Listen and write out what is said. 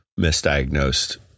misdiagnosed